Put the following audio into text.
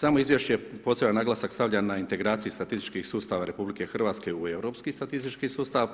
Samo izvješće poseban naglasak stavlja na integraciju statističkih sustava RH u europski statistički sustav